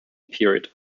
period